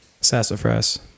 Sassafras